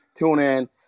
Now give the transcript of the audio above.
TuneIn